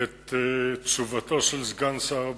את תשובתו של סגן שר הבריאות,